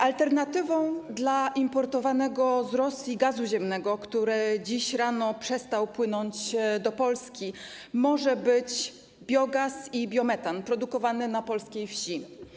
Alternatywą dla importowanego z Rosji gazu ziemnego, który dziś rano przestał płynąć do Polski, może być biogaz i biometan produkowane na polskiej wsi.